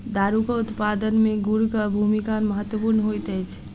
दारूक उत्पादन मे गुड़क भूमिका महत्वपूर्ण होइत अछि